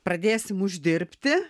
pradėsim uždirbti